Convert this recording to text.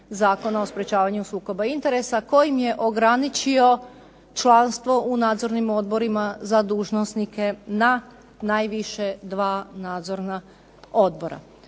Zakona o sprečavanju sukoba interesa koji je ograničio članstvo u nadzornim odborima za dužnosnike na najviše dva nadzorna odbora.